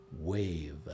Wave